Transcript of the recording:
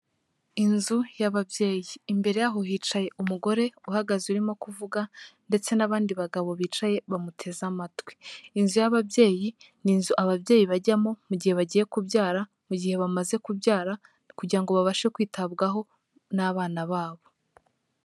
Inzu y'ababyeyi, imbere yaho hicaye umugore uhagaze urimo kuvuga ndetse n'abandi bagabo bicaye bamuteze amatwi. Inzu y'ababyeyi ni inzu ababyeyi bajyamo mu gihe bagiye kubyara, mu gihe bamaze kubyara, kugira ngo babashe kwitabwaho n'abana babo.